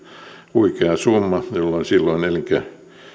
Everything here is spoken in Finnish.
huikea summa jolle silloin